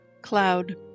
cloud